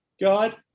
God